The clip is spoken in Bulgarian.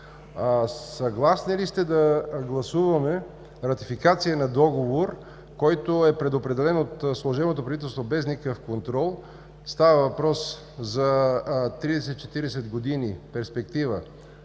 Съгласни ли сте да гласуваме ратификация на договор, който е предопределен от служебното правителство без никакъв контрол? Става въпрос за 30 – 40 години перспектива